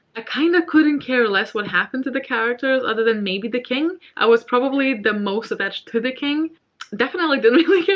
ah kind of couldn't care less what happened to the characters other than maybe the king. i was probably the most attached to the king definitely didn't really care